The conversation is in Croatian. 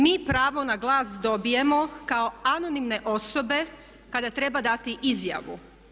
Mi pravo na glas dobijemo kao anonimne osobe kada treba dati izjavu.